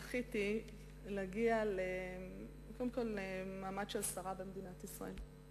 זכיתי להגיע למעמד של שרה במדינת ישראל,